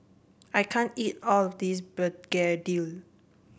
I can't eat all of this Begedil